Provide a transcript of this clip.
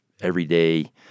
everyday